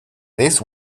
this